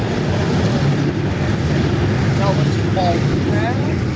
close parentheses and enter. now let's alt tab.